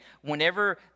whenever